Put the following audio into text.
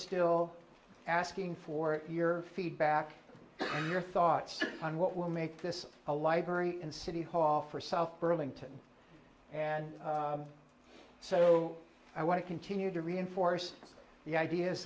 still asking for your feedback your thoughts on what will make this a library and city hall for south burlington and so i want to continue to reinforce the ideas